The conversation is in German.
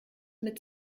mit